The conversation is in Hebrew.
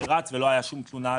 זה רץ ולא הייתה על זה שום תלונה.